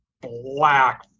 black